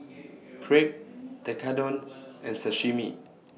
Crepe Tekkadon and Sashimi